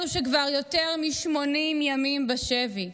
אלו שכבר יותר מ-80 ימים בשבי.